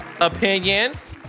Opinions